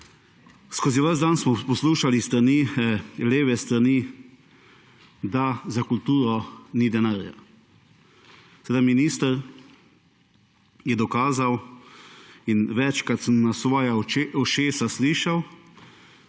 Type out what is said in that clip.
Skozi ves dan smo poslušali z leve strani, da za kulturo ni denarja. Minister je dokazalin večkrat sem na svoja ušesa slišal,